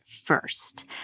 first